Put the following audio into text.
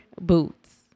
boots